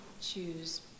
choose